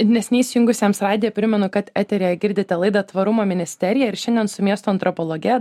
neseniai įsijungusiems radiją primenu kad eteryje girdite laidą tvarumo ministerija ir šiandien su miesto antropologe